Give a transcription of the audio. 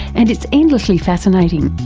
and it's endlessly fascinating.